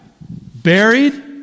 buried